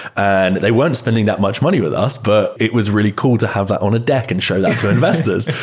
and they weren't spending that much money with us, but it was really cool to have that on a deck and show that to investors,